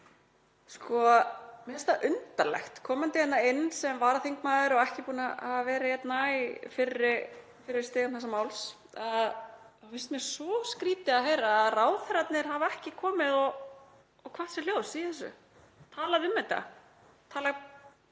upp. Mér finnst þetta undarlegt. Komandi hérna inn sem varaþingmaður og ekki búin að vera hérna á fyrri stigum þessa máls finnst mér svo skrýtið að heyra að ráðherrarnir hafi ekki komið og kvatt sér hljóðs í þessu máli, talað um það,